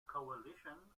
coalition